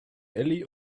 elli